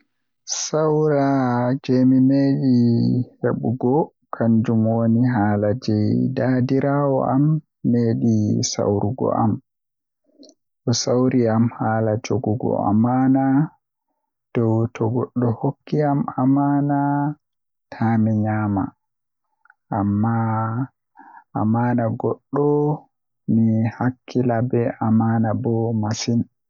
sawra jeimi meedi hebugo kanjum woni haala jei dadiraawo am meedi sawrugo am, o sawri am haala jogugo amana dow to goddo hokki am amana taami nyama amana goddo mi hakkila be amana bo masin.